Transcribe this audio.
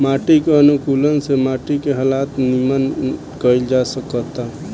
माटी के अनुकूलक से माटी के हालत निमन कईल जा सकेता